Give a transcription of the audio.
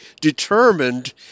determined